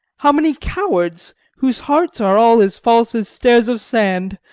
how many cowards, whose hearts are all as false as stairs of sand,